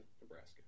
Nebraska